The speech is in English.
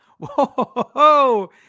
Whoa